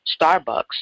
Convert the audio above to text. Starbucks